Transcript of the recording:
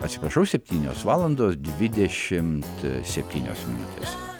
atsiprašau septynios valandos dvidešimt septynios minutės